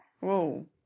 Whoa